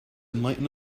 enlighten